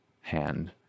hand